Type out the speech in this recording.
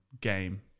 game